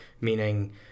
Meaning